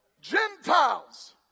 Gentiles